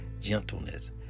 gentleness